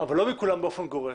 אבל לא מכולם באופן גורף.